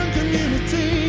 community